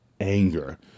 anger